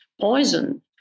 poison